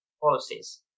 policies